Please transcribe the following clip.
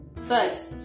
First